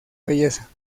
belleza